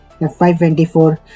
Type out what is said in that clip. F524